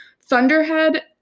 Thunderhead